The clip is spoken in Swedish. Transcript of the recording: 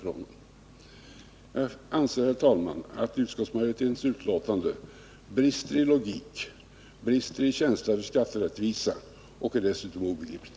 Jag anser, herr talman, att utskottsmajoritetens betänkande brister i logik och i känsla för skatterättvisa. Det är dessutom obegripligt.